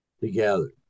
together